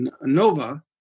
NOVA